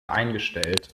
eingestellt